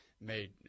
made